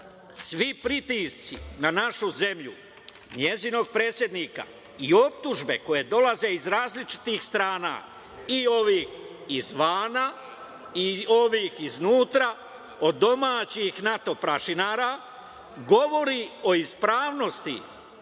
svi pritisci na našu zemlju, njenog predsednika i optužbe koje dolaze iz različitih strana, i ovih izvana i ovih iznutra, od domaćih NATO prašinara, govore o ispravnosti